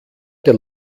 der